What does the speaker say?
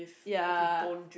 ya